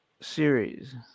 series